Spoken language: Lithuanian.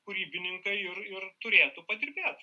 kūrybininkai ir ir turėtų padirbėt